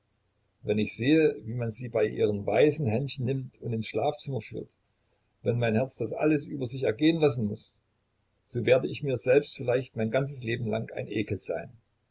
wenn ich sehe wie man sie bei ihren weißen händchen nimmt und ins schlafzimmer führt wenn mein herz das alles über sich ergehen lassen muß so werde ich mir selbst vielleicht mein ganzes leben lang ein ekel sein